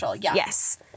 Yes